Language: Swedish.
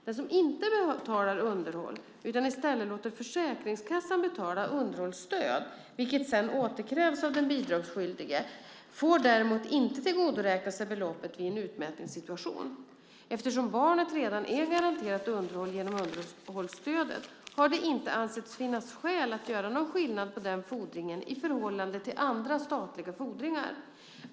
Den som inte betalar underhåll utan i stället låter Försäkringskassan betala underhållsstöd, vilket sedan återkrävs av den bidragsskyldige föräldern, får däremot inte tillgodoräkna sig beloppet vid en utmätningssituation. Eftersom barnet redan är garanterat underhåll genom underhållsstödet har det inte ansetts finnas skäl att göra någon skillnad på den fordringen i förhållande till andra statliga fordringar.